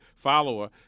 follower